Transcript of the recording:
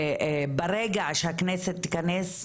ברגע שהכנסת תיכנס,